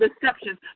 deceptions